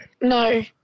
No